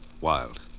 wild